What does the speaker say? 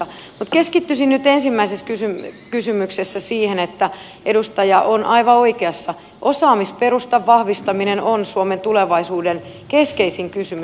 mutta keskittyisin nyt ensin siihen että edustaja on aivan oikeassa osaamisperustan vahvistaminen on suomen tulevaisuuden keskeisin kysymys